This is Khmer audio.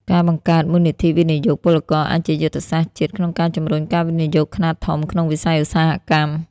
ការបង្កើត "មូលនិធិវិនិយោគពលករ" អាចជាយុទ្ធសាស្ត្រជាតិក្នុងការជម្រុញការវិនិយោគខ្នាតធំក្នុងវិស័យឧស្សាហកម្ម។